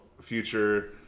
future